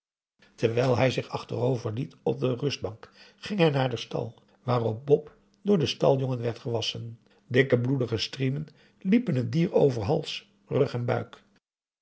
terwijl hij zich achterover liet op de rustbank ging zij naar den stal waar bop door den staljongen werd gewasschen dikke bloedige striemen liepen het dier over hals rug en